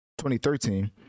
2013